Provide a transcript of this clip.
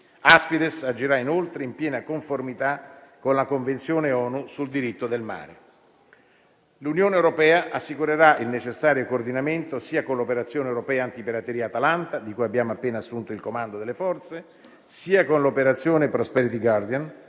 "Aspides" agirà inoltre in piena conformità con la Convenzione ONU sul diritto del mare. L' Unione europea assicurerà il necessario coordinamento sia con l'operazione europea antipirateria Atalanta - di cui abbiamo appena assunto il comando delle forze - sia con l'operazione Prosperity Guardian,